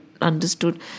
understood